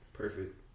Perfect